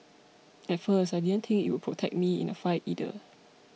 at first I didn't think it would protect me in a fight either